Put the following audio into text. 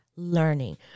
learning